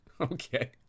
okay